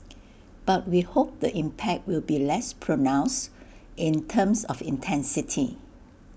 but we hope the impact will be less pronounced in terms of intensity